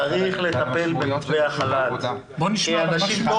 צריך לטפל במתווה החל"ת כי לאנשים טוב